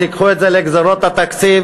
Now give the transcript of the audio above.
תיקחו את זה לגזירות התקציב,